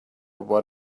what